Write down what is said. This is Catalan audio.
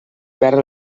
perd